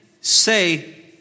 say